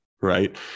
right